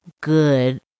good